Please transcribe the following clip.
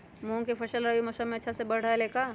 मूंग के फसल रबी मौसम में अच्छा से बढ़ ले का?